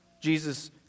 Jesus